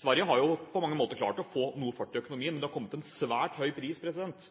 Sverige har på mange måter klart å få noe fart i økonomien, men det har hatt en